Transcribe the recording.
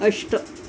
अष्ट